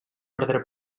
ordre